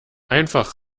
einfach